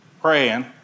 praying